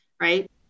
right